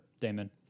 Damon